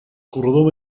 corredor